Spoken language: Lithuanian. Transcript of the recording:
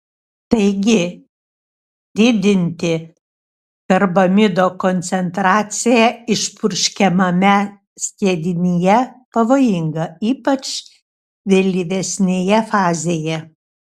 taigi didinti karbamido koncentraciją išpurškiamame skiedinyje pavojinga ypač vėlyvesnėje fazėje